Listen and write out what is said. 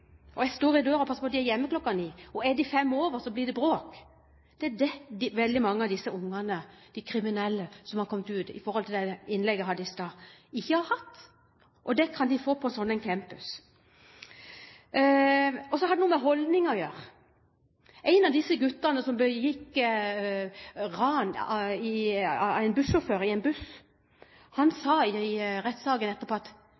står jeg i døra og passer på at de er hjemme klokka ni. Er de hjemme fem over, blir det bråk. Det er det veldig mange av disse kriminelle ungdommene som – slik jeg sa i innlegget i stad – ikke har hatt. Det kan de få på en sånn campus. Så har det noe med holdninger å gjøre. En av de guttene som ranet en bussjåfør i en buss, sa i rettssaken etterpå at han